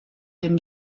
dem